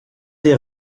des